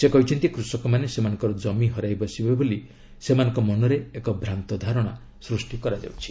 ସେ କହିଛନ୍ତି କୃଷକମାନେ ସେମାନଙ୍କର ଜମି ହରାଇ ବସିବେ ବୋଲି ସେମାନଙ୍କ ମନରେ ଏକ ଭ୍ରାନ୍ତ ଧାରଣା ସୃଷ୍ଟି କରାଯାଉଛି